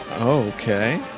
Okay